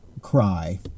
cry